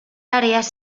àrees